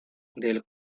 del